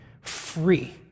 free